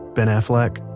ben affleck,